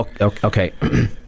Okay